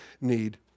need